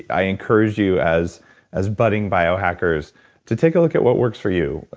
i encourage you as as budding biohackers to take a look at what works for you,